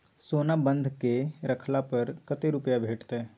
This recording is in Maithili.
सोना बंधक रखला पर कत्ते रुपिया भेटतै?